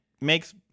makes